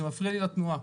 אתה מפריע לי לתנועה.."